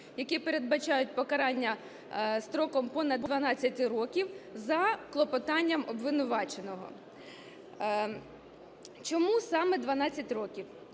які передбачають покарання строком понад 12 років за клопотанням обвинуваченого. Чому саме 12 років?